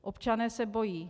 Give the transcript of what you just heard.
Občané se bojí.